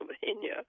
Pennsylvania